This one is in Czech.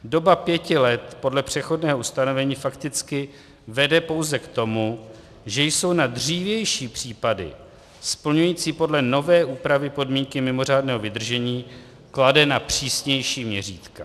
Doba pěti let podle přechodného ustanovení fakticky vede pouze k tomu, že jsou na dřívější případy splňující podle nové úpravy podmínky mimořádného vydržení kladena přísnější měřítka.